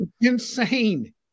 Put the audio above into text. Insane